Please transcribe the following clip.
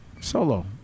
Solo